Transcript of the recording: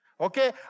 okay